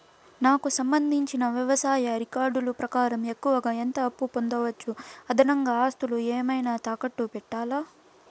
నాకు సంబంధించిన వ్యవసాయ రికార్డులు ప్రకారం ఎక్కువగా ఎంత అప్పు పొందొచ్చు, అదనంగా ఆస్తులు ఏమన్నా తాకట్టు పెట్టాలా?